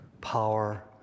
power